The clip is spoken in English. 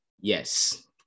Yes